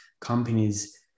companies